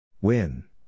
Win